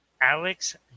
Alex